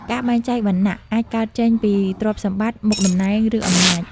ការបែងចែកវណ្ណៈអាចកើតចេញពីទ្រព្យសម្បត្តិ មុខតំណែង ឬអំណាច។